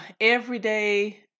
everyday